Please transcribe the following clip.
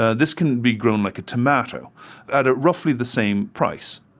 ah this can be grown like a tomato at at roughly the same price.